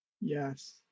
Yes